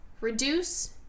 reduce